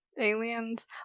aliens